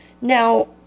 Now